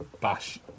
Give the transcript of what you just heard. Bash